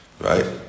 Right